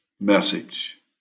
message